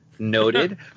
Noted